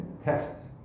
tests